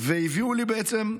בעצם,